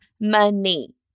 money